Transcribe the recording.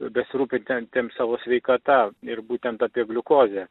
besirūpinantiem savo sveikata ir būtent apie gliukozę